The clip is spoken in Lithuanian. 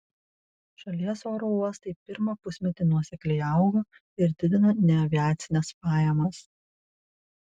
šalies oro uostai pirmą pusmetį nuosekliai augo ir didino neaviacines pajamas